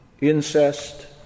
Incest